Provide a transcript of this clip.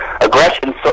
Aggression